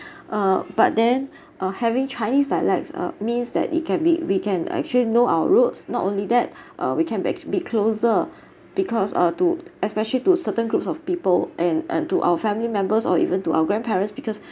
uh but then uh having chinese dialects uh means that it can be we can actually know our roots not only that uh we can best be closer because(uh) to especially to certain groups of people and and to our family members or even to our grandparents because